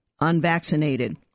unvaccinated